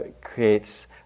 creates